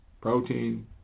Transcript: protein